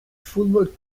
fútbol